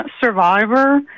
survivor